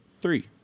three